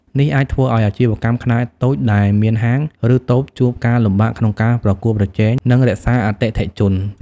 នេះអាចធ្វើឲ្យអាជីវកម្មខ្នាតតូចដែលមានហាង ឬតូបជួបការលំបាកក្នុងការប្រកួតប្រជែង និងរក្សាអតិថិជន។